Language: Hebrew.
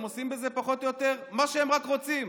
הם עושים בזה פחות או יותר מה שהם רק רוצים.